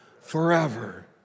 Forever